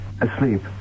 Asleep